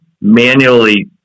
manually